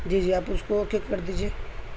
جی جی آپ اس کو کک کر دیجیے